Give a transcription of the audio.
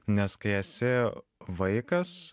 nes kai esi vaikas